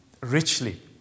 richly